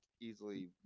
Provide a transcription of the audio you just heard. easily